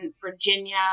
Virginia